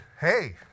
hey